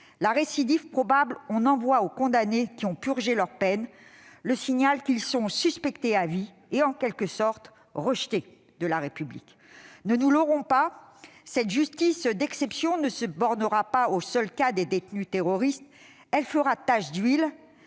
la récidive probable, on envoie aux condamnés qui ont purgé leur peine le signal qu'ils sont suspectés à vie et, en quelque sorte, rejetés de la République. Ne nous leurrons pas : cette justice d'exception ne se bornera pas au seul cas des détenus terroristes, elle fera tache d'huile.